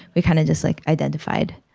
we kind of just like identified